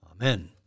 Amen